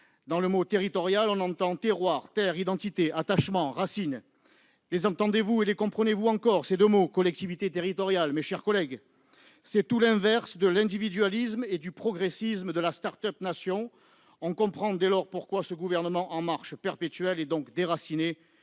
Dans le mot « territoriales », on entend terroir, terre, identité, attachement et racines. Entendez-vous et comprenez-vous encore ces deux mots, mes chers collègues ? C'est tout l'inverse de l'individualisme et du progressisme de la « start-up nation ». On comprend dès lors pourquoi ce gouvernement en marche perpétuelle et déraciné